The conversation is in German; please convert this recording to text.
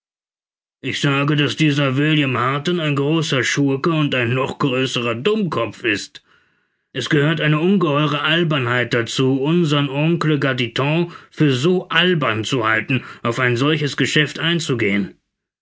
ich sage daß dieser william harton ein großer schurke und ein noch größerer dummkopf ist es gehört eine ungeheure albernheit dazu unsern oncle carditon für so albern zu halten auf ein solches geschäft einzugehen